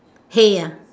hay ah